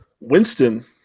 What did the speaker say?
Winston